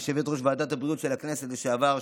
יושבת-ראש ועדת הבריאות של הכנסת לשעבר,